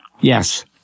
Yes